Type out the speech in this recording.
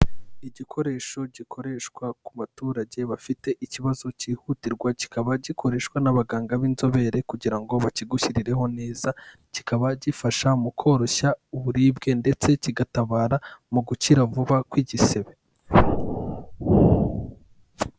Igikoresho gikoreshwa ku baturage bafite ikibazo cyihutirwa kikaba gikoreshwa n'abaganga b'inzobere kugira ngo bakigushyirireho neza kikaba gifasha mu koroshya uburibwe ndetse kigatabara mu gukira vuba kw'igisebe.